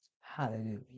Hallelujah